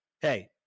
hey